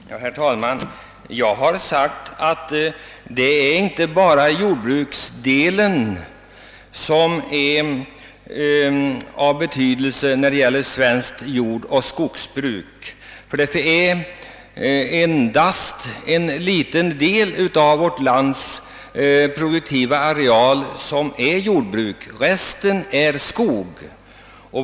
Herr talman! Jag har sagt att det inte bara är jordbruksdelen som är av betydelse för jordoch skogsbruket. Endast en sjundedel av vårt lands produktiva areal är jordbruk, resten är skog.